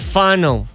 final